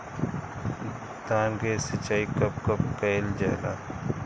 धान के सिचाई कब कब कएल जाला?